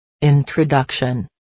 Introduction